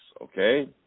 Okay